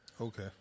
okay